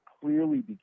clearly